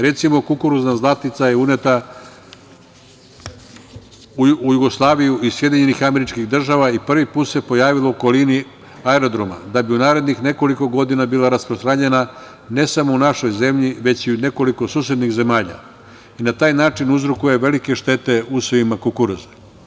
Recimo, kukuruzna zlatica je uneta u Jugoslaviju iz SAD i prvi put se pojavila u okolini aerodroma, da bi u narednih nekoliko godina bila rasprostranjena ne samo u našoj zemlji, već i u nekoliko susednih zemalja i na taj način uzrokuje velike štete usevima kukuruza.